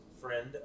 friend